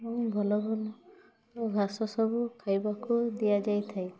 ଏବଂ ଭଲଭଲ ଘାସ ସବୁ ଖାଇବାକୁ ଦିଆଯାଇଥାଏ